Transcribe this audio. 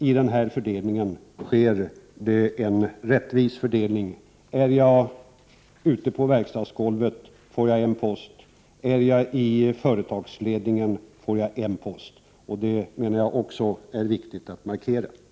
I den här emissionen sker en rättvis fördelning. Är jag ute på verkstadsgolvet får jag en post, är jag i företagsledningen får jag också en post. Detta är även viktigt att markera, menar jag.